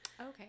Okay